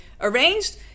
arranged